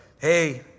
hey